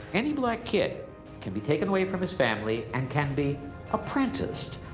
any black kid can be taken away from his family and can be apprenticed.